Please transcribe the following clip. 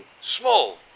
small